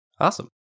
Awesome